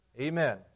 Amen